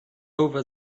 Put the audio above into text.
over